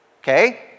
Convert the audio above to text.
Okay